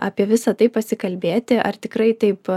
apie visa tai pasikalbėti ar tikrai taip